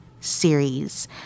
series